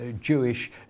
Jewish